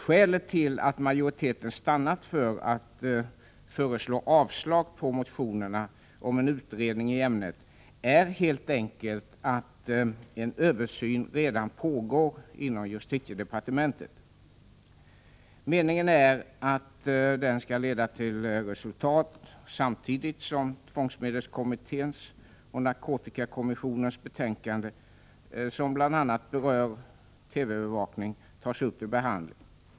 Skälet till att majoriteten stannat för att föreslå avslag på motionerna om en utredning i ämnet är helt enkelt att en översyn redan pågår inom justitiedepartementet. Meningen är att den skall leda till resultat samtidigt som tvångsmedelskommitténs och narkotikakommissionens betänkande, som bl.a. berör TV-övervakning, tas upp till behandling.